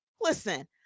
Listen